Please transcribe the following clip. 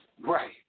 Right